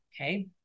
Okay